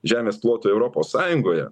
žemės plotui europos sąjungoje